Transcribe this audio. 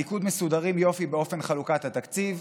הליכוד מסודרים יופי באופן חלוקת התקציב,